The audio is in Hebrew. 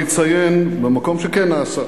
ואני אציין במקום שכן נעשה,